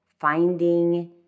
finding